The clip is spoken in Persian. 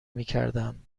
میکردند